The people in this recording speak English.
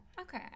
Okay